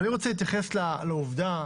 אני רוצה להתייחס לעובדה